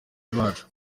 bacu